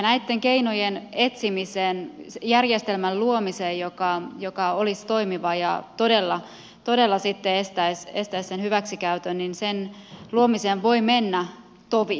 näitten keinojen etsimiseen järjestelmän luomiseen joka olisi toimiva ja todella sitten estäisi hyväksikäytön voi mennä tovi